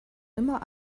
immer